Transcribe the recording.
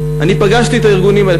אני פגשתי את הארגונים האלה,